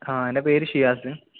ആ എൻ്റെ പേര് ഷിയാസ്